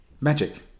magic